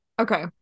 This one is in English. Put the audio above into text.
Okay